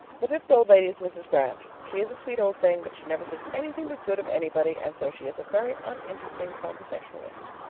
the fifth old lady is mrs. grant. she is a sweet old thing but she never says anything but good of anybody and so she is a very uninteresting conversationalist.